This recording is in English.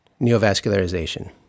neovascularization